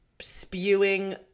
spewing